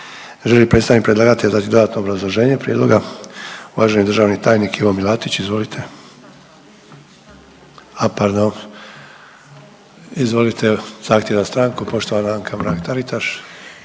Želi li predstavnik predlagatelja dati dodatno obrazloženje prijedloga? Uvaženi državni tajnik Ivo Milatić, izvolite, a pardon, izvolite zahtjev za stanku poštovana Anka Mrak-Taritaš.